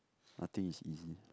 nothing is easy